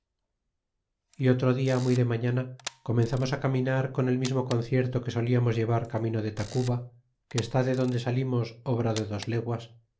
ó otro dia muy de rnailana comenzamos á caminar con el mismo concierto que sonamos llevar camino de tacuba que está de donde salimos obra de dos leguas y